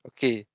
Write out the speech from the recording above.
Okay